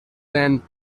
than